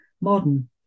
modern